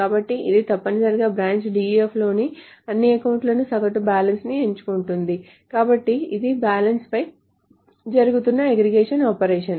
కాబట్టి ఇది తప్పనిసరిగా బ్రాంచ్ DEF లోని అన్ని అకౌంట్ ల సగటు బ్యాలెన్స్ని ఎంచుకుంటుంది కాబట్టి ఇది బ్యాలెన్స్పై జరుగుతున్న అగ్రిగేషన్ ఆపరేషన్